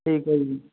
ਠੀਕ ਹੈ ਜੀ